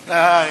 אתם,